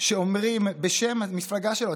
שאומרים בשם מפלגה שלו,